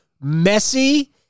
messy